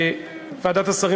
חבר הכנסת שי,